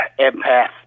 empath